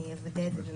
אני אוודא את זה.